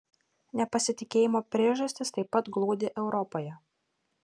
nepasitikėjimo priežastys taip pat glūdi europoje